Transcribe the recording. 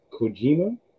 Kojima